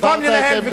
במקום לנהל ויכוח,